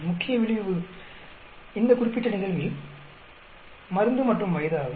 முக்கிய விளைவு இந்த குறிப்பிட்ட நிகழ்வில் மருந்து மற்றும் வயது ஆகும்